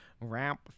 ramp